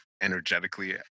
energetically